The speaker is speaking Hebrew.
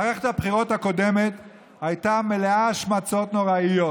מערכת הבחירות הקודמת הייתה מלאה השמצות נוראיות,